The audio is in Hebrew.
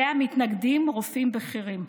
שאליה מתנגדים רופאים בכירים.